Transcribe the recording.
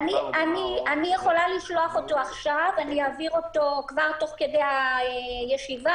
אני מעבירה לכם אותו תוך כדי הישיבה.